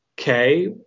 Okay